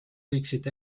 võiksid